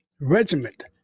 regiment